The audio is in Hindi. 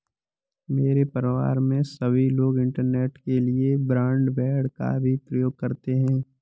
मेरे परिवार में सभी लोग इंटरनेट के लिए ब्रॉडबैंड का भी प्रयोग करते हैं